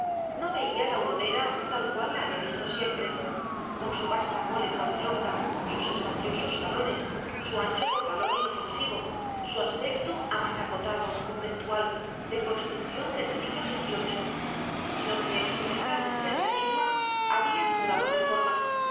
no veía la huronera tal cual la había visto siempre con su vasta mole cuadrilonga sus espaciosos salones su ancho portalón inofensivo su aspecto amazacotado conventual de construcción del siglo xviii sino que sin dejar de ser la misma había mudado de forma